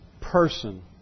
person